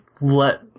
let